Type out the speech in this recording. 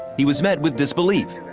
he was met with disbelief.